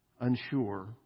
unsure